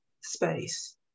space